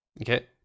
Okay